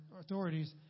authorities